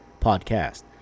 Podcast